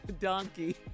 Donkey